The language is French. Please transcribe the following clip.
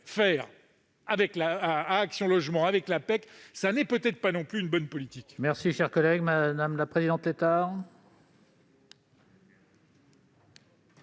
faire à Action Logement avec la PEEC n'est peut-être pas non plus une bonne politique